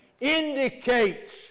indicates